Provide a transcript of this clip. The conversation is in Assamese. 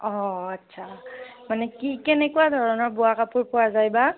অ আচ্ছা মানে কি কেনেকুৱা ধৰণৰ বোৱা কাপোৰ পোৱা যায় বা